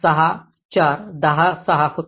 6 4 10 6 होते